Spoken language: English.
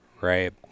Right